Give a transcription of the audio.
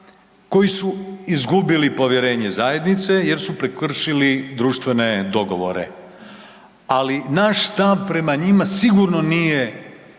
koji su izgubili povjerenje zajednice jer su prekršili društvene dogovore. Ali naš stav prema njima sigurno nije